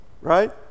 right